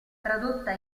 tradotta